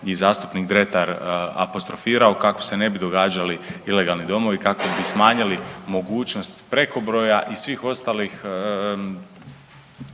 i zastupnik Dretar apostrofirao kako se ne bi događali ilegalni domovi, kako bi smanjili mogućnost prekobroja i svih ostalih